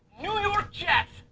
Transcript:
new york jets